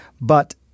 but-